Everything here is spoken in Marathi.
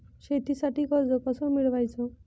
शेतीसाठी कर्ज कस मिळवाच?